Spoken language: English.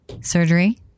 surgery